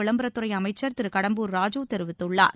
விளம்பரத்துறை அமைச்சர் திரு கடம்பூர் ராஜூ தெரிவித்துள்ளார்